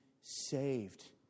saved